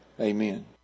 Amen